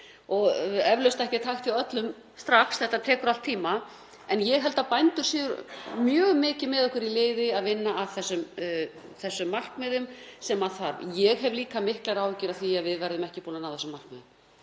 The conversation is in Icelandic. og eflaust ekki hægt hjá öllum strax. Þetta tekur allt tíma. En ég held að bændur séu mjög mikið með okkur í liði í að vinna að þessum markmiðum. Ég hef líka miklar áhyggjur af því að við verðum ekki búin að ná þessum markmiðum,